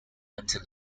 until